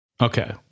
Okay